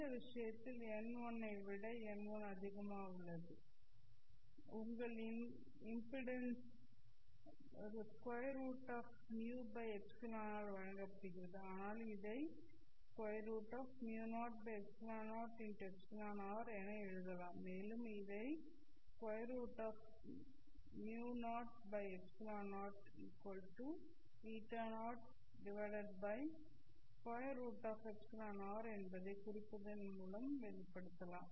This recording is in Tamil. இந்த விஷயத்தில் n1 ஐ விட n1 அதிகமாக உள்ளது உங்கள் இம்பிடென்ஸ் √με ஆல் வழங்கப்படுகிறது ஆனால் இதை √μ0ε0εr என எழுதலாம் மேலும் இதை √μ0ε0 η0√εr என்பதைக் குறிப்பதன் மூலம் எளிமைப்படுத்தலாம்